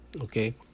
Okay